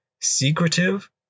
secretive